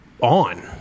on